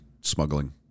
smuggling